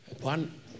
one